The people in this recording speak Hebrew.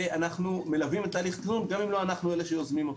ואנחנו מלווים את תהליך התכנון גם אם לא אנחנו אלה שיוזמים אותו.